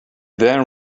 then